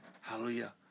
Hallelujah